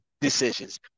decisions